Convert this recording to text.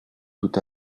tout